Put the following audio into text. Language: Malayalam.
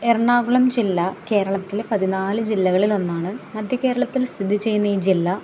എറണാകുളം ജില്ല കേരളത്തിലെ പതിനാല് ജില്ലകളിലൊന്നാണ് മധ്യകേരളത്തിൽ സ്ഥിതിചെയ്യുന്ന ഈ ജില്ല